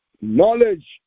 Knowledge